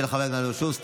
של חבר הכנסת אלון שוסטר.